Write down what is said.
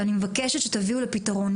ואני מבקשת שתביאו לפתרון.